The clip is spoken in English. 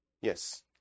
yes